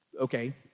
Okay